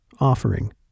offering